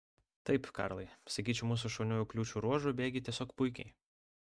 taip karlai sakyčiau mūsų šauniuoju kliūčių ruožu bėgi tiesiog puikiai